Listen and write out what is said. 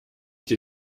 dir